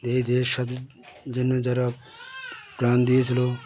এই দেশ স্বাধীনের জন্য যারা প্রাণ দিয়েছিল